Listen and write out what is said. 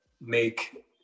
make